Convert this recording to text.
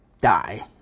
die